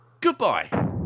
Goodbye